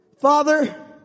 Father